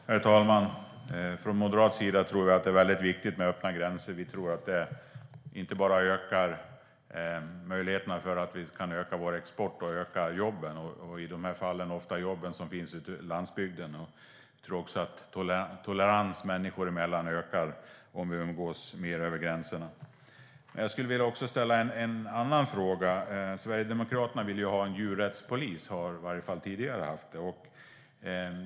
Herr talman! Vi från Moderaterna tycker att det är väldigt viktigt med öppna gränser. Det ökar möjligheterna att öka vår export och jobben på landsbygden. Toleransen människor mellan ökar också om vi umgås mer över gränserna. Jag vill ställa en annan fråga. Sverigedemokraterna vill ju ha en djurrättspolis - det ville ni i alla fall tidigare.